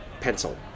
pencil